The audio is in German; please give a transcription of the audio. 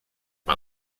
man